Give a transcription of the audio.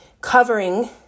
covering